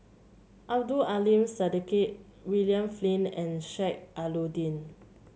Abdul Aleem Siddique William Flint and Sheik Alau'ddin